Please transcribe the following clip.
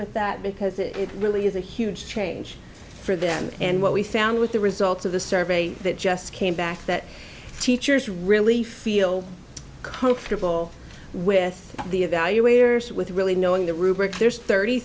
with that because it really is a huge change for them and what we found with the results of the survey that just came back that teachers really feel comfortable with the evaluators with really knowing the rubric there's thirty